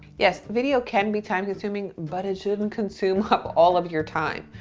yes, video can be time consuming, but it shouldn't consume up all of your time.